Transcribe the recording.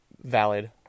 valid